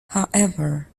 however